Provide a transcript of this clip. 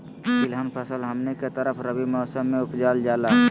तिलहन फसल हमनी के तरफ रबी मौसम में उपजाल जाला